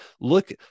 look